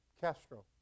Castro